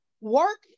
work